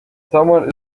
someone